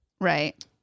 Right